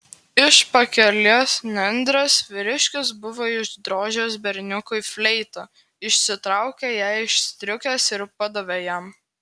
iš pakelės nendrės vyriškis buvo išdrožęs berniukui fleitą išsitraukė ją iš striukės ir padavė jam